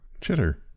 Chitter